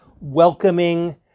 welcoming